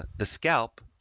the scalp,